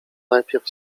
najpierw